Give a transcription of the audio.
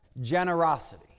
generosity